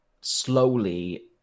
slowly